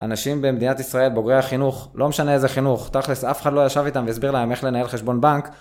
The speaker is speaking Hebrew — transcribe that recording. אנשים במדינת ישראל בוגרי החינוך, לא משנה איזה חינוך, תכל'ס אף אחד לא יושב איתם ויסביר להם איך לנהל חשבון בנק